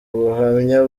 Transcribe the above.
ubuhamya